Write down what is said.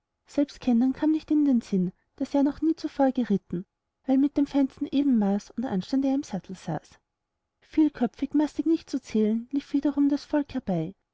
selbst kennern kam nicht in den sinn daß er noch nie zuvor geritten weil mit dem feinsten ebenmaß und anstand er im sattel saß illustration aladdin reitet zum schloß des sultans vielköpfig massig nicht zu zählen lief wiederum das volk herbei